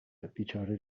بیچاره